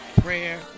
prayer